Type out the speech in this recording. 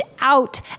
out